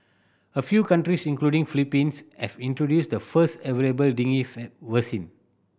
a few countries including Philippines have introduced the first available vaccine